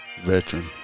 veteran